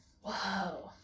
Whoa